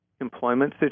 employment